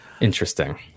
interesting